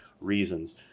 reasons